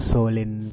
Solin